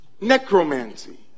necromancy